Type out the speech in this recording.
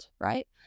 right